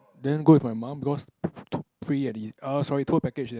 then go with my mum because free and ea~ err sorry tour package then